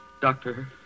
Doctor